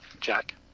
Jack